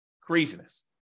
Craziness